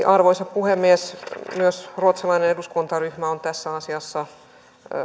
arvoisa puhemies myös ruotsalainen eduskuntaryhmä on tässä asiassa